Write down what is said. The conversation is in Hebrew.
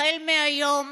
החל מהיום